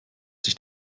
sich